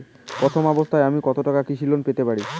প্রথম অবস্থায় আমি কত টাকা কৃষি লোন পেতে পারি?